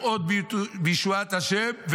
לראות בישועת השם,